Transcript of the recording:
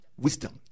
Wisdom